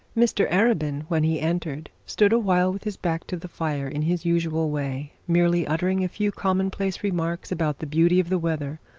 mr arabin when he entered stood awhile with his back to the fire in his usual way, merely uttering a few commonplace remarks about the beauty of the weather,